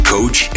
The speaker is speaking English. Coach